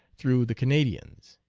through the canadians.